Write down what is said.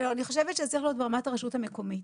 אני חושבת שזה צריך להיות ברמת הרשות המקומית.